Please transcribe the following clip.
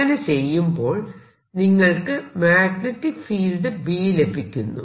അങ്ങനെ ചെയ്യുമ്പോൾ നിങ്ങൾക്ക് മാഗ്നെറ്റിക് ഫീൽഡ് B ലഭിക്കുന്നു